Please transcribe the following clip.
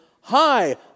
Hi